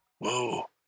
Whoa